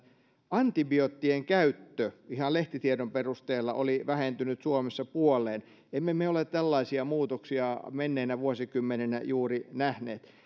antibioottien käyttö ihan lehtitiedon perusteella oli vähentynyt suomessa puoleen emme me ole tällaisia muutoksia menneinä vuosikymmeninä juuri nähneet